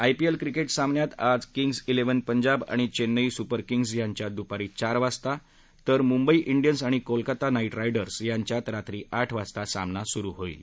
IPL cricket सामन्यात आज Kings क्रेव्हन पंजाब आणि चेन्नई सुपर किंग्ज यांच्यात दुपारी चार वाजता मुंबई डियन्स आणि कोलकाता नाईट रायडर्स यांच्यात आठ वाजता सामना सुरू होणार आहे